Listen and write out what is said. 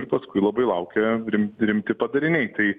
ir paskui labai laukia rim rimti padariniai tai